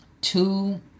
two